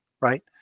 right